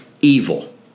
evil